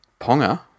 Ponga